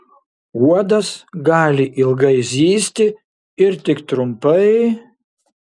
uodas gali ilgai zyzti ir tik trumpai